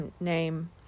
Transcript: name